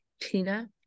Tina